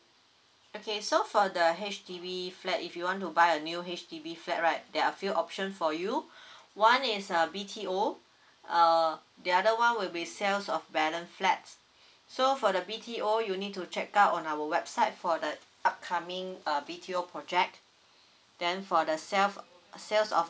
okay so for the H_D_B flat if you want to buy a new H_D_B flat right there are few option for you one is err B_T_O uh the other one will be sales of balance flats so for the B_T_O you need to check out on our website for the upcoming uh B_T_O project then for the sell sales of